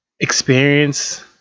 experience